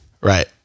Right